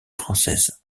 française